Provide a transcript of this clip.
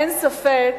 אין ספק